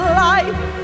life